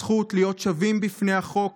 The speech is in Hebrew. הזכות להיות שווים בפני החוק